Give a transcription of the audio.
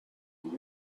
اون